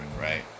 right